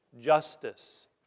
justice